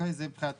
זה מבחינת